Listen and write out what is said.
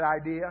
idea